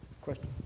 question